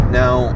now